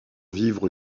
vivre